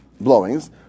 blowings